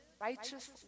righteous